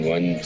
One